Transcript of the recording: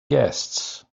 guests